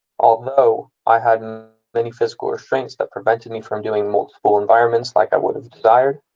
although i had and many physical restraints that prevented me from doing multiple environments like i would have desired,